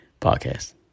Podcast